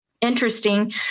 interesting